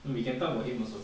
oh we can talk about him also